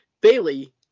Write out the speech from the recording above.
bailey